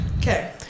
Okay